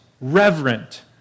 reverent